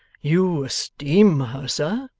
you esteem her, sir